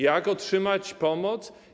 Jak otrzymać pomoc?